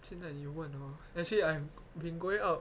现在你问 orh actually I've been going out